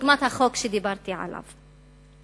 דוגמת החוק שדיברתי עליו.